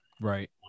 right